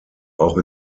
auch